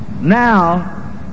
Now